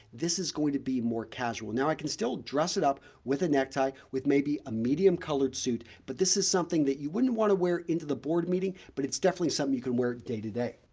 this is going to be more casual. now, i can still dress it up with a necktie with maybe a medium colored suit, but this is something that you wouldn't want to wear into the board meeting, but it's definitely something you can wear day to day.